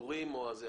הפיטורים או הזה,